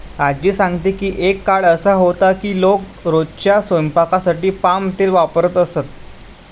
आज्जी सांगते की एक काळ असा होता की लोक रोजच्या स्वयंपाकासाठी पाम तेल वापरत असत